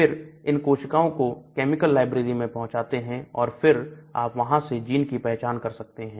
फिर इन कोशिकाओं को केमिकल लाइब्रेरी मैं पहुंचाते हैं और फिर आप वहां से जीन की पहचान कर सकते हैं